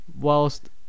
whilst